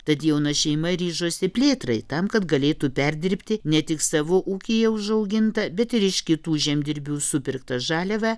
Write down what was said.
tad jauna šeima ryžosi plėtrai tam kad galėtų perdirbti ne tik savo ūkyje užaugintą bet ir iš kitų žemdirbių supirktą žaliavą